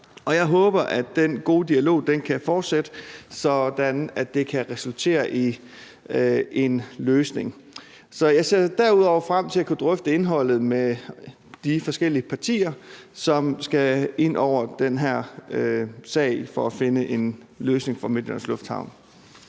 og jeg håber, at den gode dialog kan fortsætte, sådan at det kan resultere i en løsning. Jeg ser derudover frem til at kunne drøfte indholdet med de forskellige partier, som skal ind over den her sag for at finde en løsning for Midtjyllands Lufthavn.